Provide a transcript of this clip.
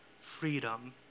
freedom